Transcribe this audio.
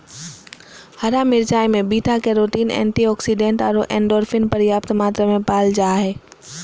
हरा मिरचाय में बीटा कैरोटीन, एंटीऑक्सीडेंट आरो एंडोर्फिन पर्याप्त मात्रा में पाल जा हइ